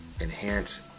enhance